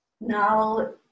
Now